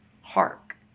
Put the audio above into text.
hark